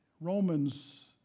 Romans